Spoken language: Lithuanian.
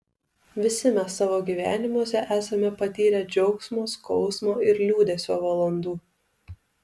visi mes savo gyvenimuose esame patyrę džiaugsmo skausmo ir liūdesio valandų